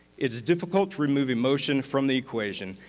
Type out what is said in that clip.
it is difficult to remove emotion from the equation,